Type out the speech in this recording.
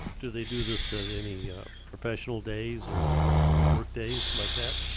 do they do this at any professional days or work days, like that?